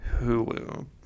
Hulu